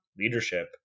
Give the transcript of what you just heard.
leadership